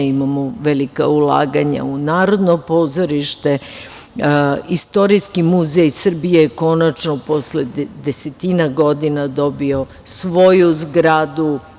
Imamo velika ulaganja u Narodno pozorište, Istorijski muzej Srbije konačno posle desetina godina dobio je svoju zgradu.